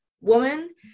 woman